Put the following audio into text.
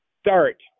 start